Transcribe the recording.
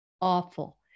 awful